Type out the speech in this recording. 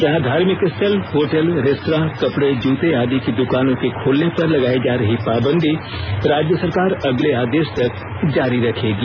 यहां धार्मिक स्थल होटल रेस्त्रां कपड़े जूते आदि की दुकानों के खोलने पर लगाई जा रही पावंदी राज्य सरकार अगले आदेश तक जारी रखेगी